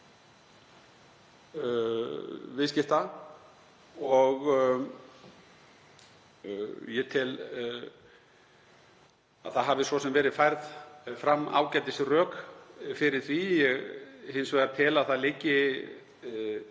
viðskipta. Ég tel að það hafi svo sem verið færð fram ágætisrök fyrir því, ég tel hins vegar að það liggi